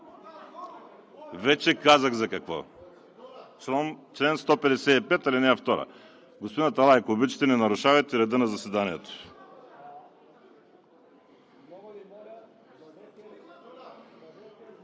Вече казах за какво – чл. 155, ал. 2. Господин Аталай, ако обичате, не нарушавайте реда на заседанието.